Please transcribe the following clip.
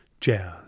jazz